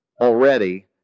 already